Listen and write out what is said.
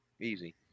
Easy